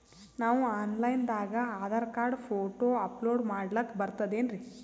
ನಾವು online ದಾಗ ಆಧಾರಕಾರ್ಡ, ಫೋಟೊ ಅಪಲೋಡ ಮಾಡ್ಲಕ ಬರ್ತದೇನ್ರಿ?